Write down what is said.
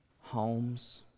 homes